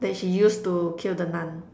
that she used to kill the Nun